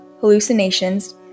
hallucinations